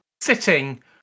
sitting